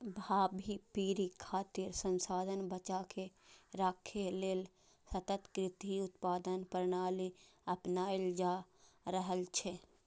भावी पीढ़ी खातिर संसाधन बचाके राखै लेल सतत कृषि उत्पादन प्रणाली अपनाएल जा रहल छै